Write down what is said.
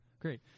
great